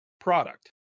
product